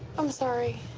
i'm sorry.